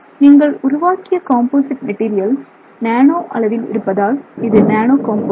நீங்கள் உருவாக்கிய composite material nano அளவில் இருப்பதால் இது நானோ காம்போசிட்